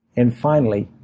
and finally,